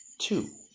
two